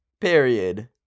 Period